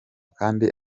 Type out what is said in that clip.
kandi